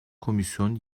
komisyon